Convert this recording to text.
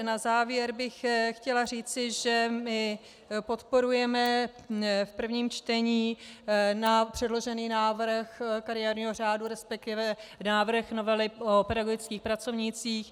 Na závěr bych chtěla říci, že my podporujeme v prvním čtení předložený návrh kariérního řádu, respektive návrh novely o pedagogických pracovnících.